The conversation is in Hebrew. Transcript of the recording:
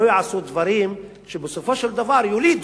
שלא יעשו דברים שבסופו של דבר יולידו,